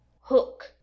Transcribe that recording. Hook